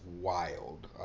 wild